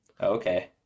Okay